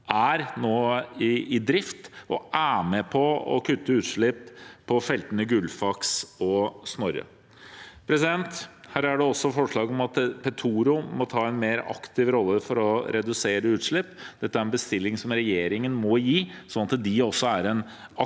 er i drift og er med på å kutte utslipp på feltene Gullfaks og Snorre. Det er også forslag om at Petoro må ta en mer aktiv rolle for å redusere utslipp. Det er en bestilling som regjeringen må gi, sånn at de også er en aktør for